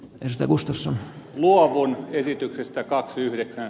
ehkä mustassa luomun esityksestä kaksi yhdeksän